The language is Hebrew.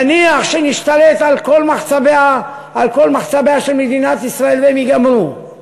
נניח שנשתלט על כל מחצביה של מדינת ישראל והם ייגמרו,